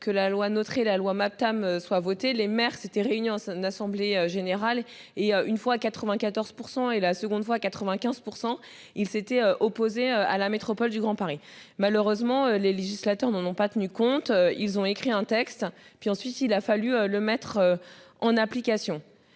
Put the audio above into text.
que la loi notre la loi MAPTAM soit votée les mères c'était réunion n'assemblée générale et une fois à 94% et la seconde voie à 95%. Il s'était opposé à la métropole du Grand Paris, malheureusement les législateurs n'en n'ont pas tenu compte. Ils ont écrit un texte et puis ensuite il a fallu le mettre en application